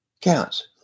counts